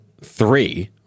three